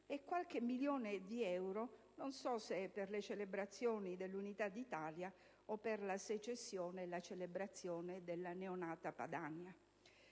e qualche milione di euro, non so se per le celebrazioni dell'unità d'Italia o per la secessione e la celebrazione della neonata Padania;